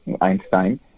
Einstein